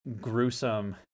gruesome